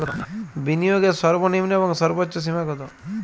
বিনিয়োগের সর্বনিম্ন এবং সর্বোচ্চ সীমা কত?